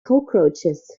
cockroaches